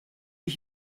ich